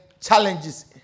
challenges